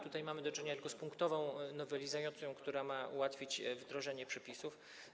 Teraz mamy do czynienia tylko z punktową nowelizacją, która ma ułatwić wdrożenie przepisów.